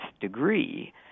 degree